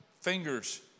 fingers